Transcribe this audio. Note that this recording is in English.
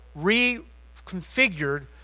reconfigured